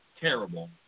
terrible